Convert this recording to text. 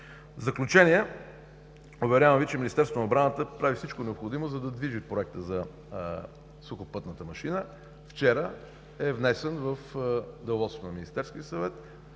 В заключение, уверявам Ви, че Министерството на отбраната прави всичко необходимо, за да движи Проекта за сухопътната машина. Вчера е внесено в Деловодството на Министерския съвет